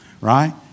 right